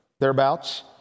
thereabouts